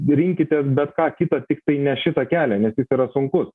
rinkitės bet ką kita tiktai ne šitą kelią nes jis yra sunkus